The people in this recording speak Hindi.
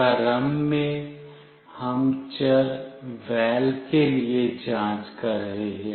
प्रारंभ में हम चर वैल के लिए जाँच कर रहे हैं